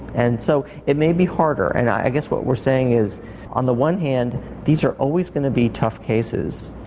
and so it may be harder and i guess what we're saying is on the one hand these are always going to be tough cases,